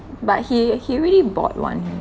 but he he already bought one